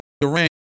Durant